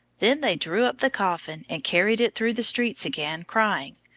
then they drew up the coffin and carried it through the streets again crying,